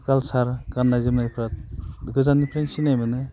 culture गाननाय जोमनायफ्रा गोजाननिफ्रायनो सिनायनो मोनो